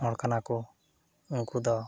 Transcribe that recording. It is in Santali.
ᱦᱚᱲ ᱠᱟᱱᱟᱠᱚ ᱩᱱᱠᱩ ᱫᱚ